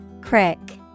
Crick